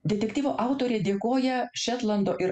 detektyvo autorė dėkoja šetlando ir